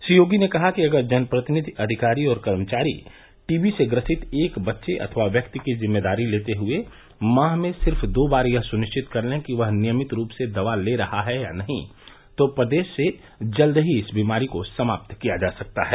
श्री योगी ने कहा कि अगर जनप्रतिनिधि अधिकारी और कर्मचारी टीबी से ग्रसित एक बच्चे अथवा व्यक्ति की जिम्मेदारी लेते हुए माह में सिर्फ दो बार यह सुनिश्चित कर लें कि वह नियमित रूप से दवा ले रहा या नहीं तो प्रदेश से जल्द ही इस बीमारी को समाप्त किया जा सकता है